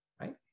right